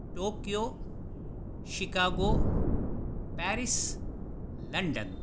Tokyo Chicago Paris London